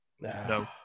No